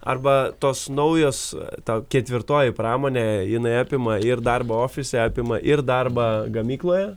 arba tos naujos ta ketvirtoji pramonė jinai apima ir darbą ofise apima ir darbą gamykloje